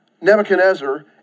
Nebuchadnezzar